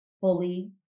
fully